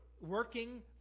Working